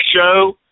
show